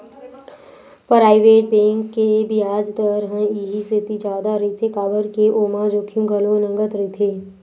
private bank के बियाज दर ह इहि सेती जादा रहिथे काबर के ओमा जोखिम घलो नँगत रहिथे